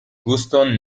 guston